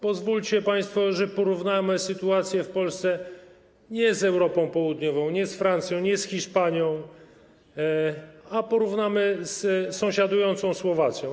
Pozwólcie państwo, że porównamy sytuację w Polsce nie z Europą Południową, nie z Francją, nie z Hiszpanią, a porównamy ją z sąsiadującą Słowacją.